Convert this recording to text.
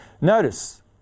Notice